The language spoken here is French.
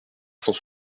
cent